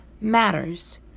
matters